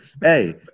Hey